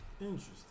Interesting